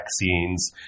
vaccines